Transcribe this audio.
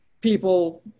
people